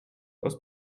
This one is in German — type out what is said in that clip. aus